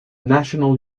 national